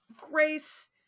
Grace